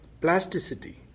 plasticity